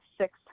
six